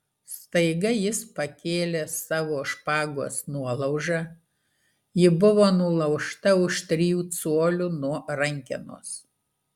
staiga jis pakėlė savo špagos nuolaužą ji buvo nulaužta už trijų colių nuo rankenos